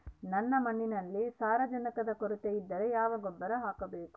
ನನ್ನ ಮಣ್ಣಿನಲ್ಲಿ ಸಾರಜನಕದ ಕೊರತೆ ಇದ್ದರೆ ಯಾವ ಗೊಬ್ಬರ ಹಾಕಬೇಕು?